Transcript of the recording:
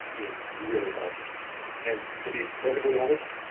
it really helps and to be perfectly honest,